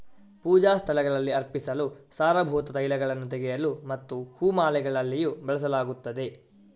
ಪೂಜಾ ಸ್ಥಳಗಳಲ್ಲಿ ಅರ್ಪಿಸಲು, ಸಾರಭೂತ ತೈಲಗಳನ್ನು ತೆಗೆಯಲು ಮತ್ತು ಹೂ ಮಾಲೆಗಳಲ್ಲಿಯೂ ಬಳಸಲಾಗುತ್ತದೆ